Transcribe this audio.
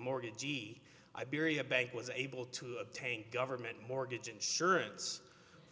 mortgage g i bierria bank was able to obtain government mortgage insurance